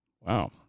Wow